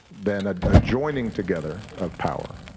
then, ah a joining together of power.